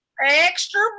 Extra